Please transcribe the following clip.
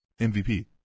MVP